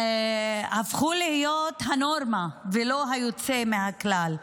הפכו להיות הנורמה ולא היוצא מהכלל.